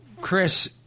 Chris